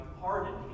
pardoned